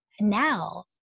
now